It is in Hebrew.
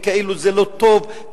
וכאילו זה לא טוב,